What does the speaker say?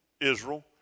Israel